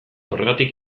horregatik